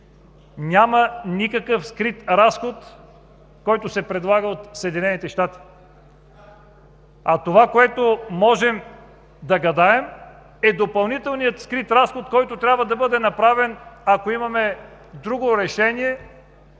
няма никакъв скрит разход, който да се предлага от Съединените щати. А това, което можем да гадаем, е за допълнителния скрит разход, който трябва да бъде направен, ако имаме друго решение